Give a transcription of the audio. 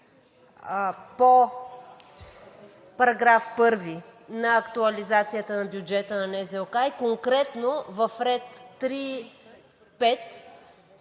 по § 1 на актуализацията на бюджета на НЗОК и конкретно в ред 3.5.